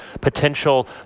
potential